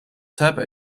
turbo